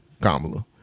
Kamala